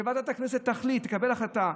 שוועדת הכנסת תקבל החלטה,